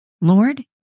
Lord